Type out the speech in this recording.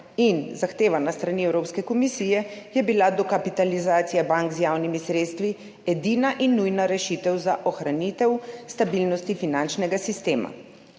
in zahtevana s strani Evropske komisije, je bila dokapitalizacija bank z javnimi sredstvi edina in nujna rešitev za ohranitev stabilnosti finančnega sistema.